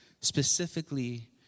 specifically